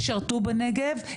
ישרתו בנגב,